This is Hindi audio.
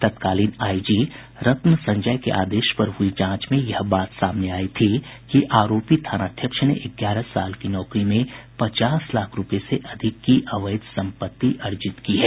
तत्कालीन आईजी रत्न संजय के आदेश पर हुई जांच में यह बात सामने आई थी कि आरोपी थानाध्यक्ष ने ग्यारह साल की नौकरी में पचास लाख रूपये से अधिक की अवैध सम्पत्ति अर्जित की थी